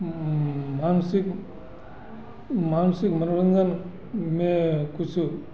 मानसिक मानसिक मनोरंजन में कुछ